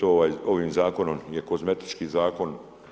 Ovim zakonom je kozmetički zakon.